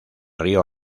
río